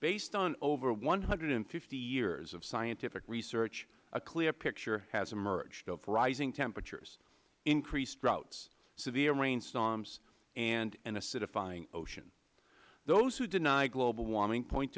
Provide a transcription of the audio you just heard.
based on over one hundred and fifty years of scientific research a clear picture has emerged of rising temperatures increased droughts severe rain storms and an acidifying ocean those who deny global warming point